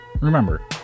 Remember